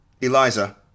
Eliza